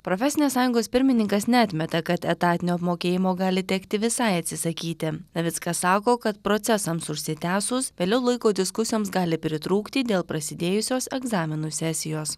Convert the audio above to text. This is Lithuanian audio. profesinės sąjungos pirmininkas neatmeta kad etatinio apmokėjimo gali tekti visai atsisakyti navickas sako kad procesams užsitęsus vėliau laiko diskusijoms gali pritrūkti dėl prasidėjusios egzaminų sesijos